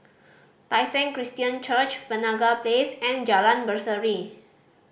Tai Seng Christian Church Penaga Place and Jalan Berseri